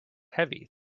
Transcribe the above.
heavy